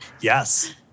Yes